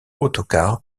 autocar